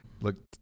Look